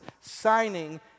signing